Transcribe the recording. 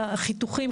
לחיתוכים,